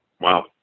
wow